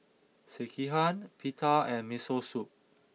Sekihan Pita and Miso Soup